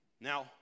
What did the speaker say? Now